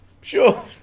sure